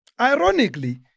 Ironically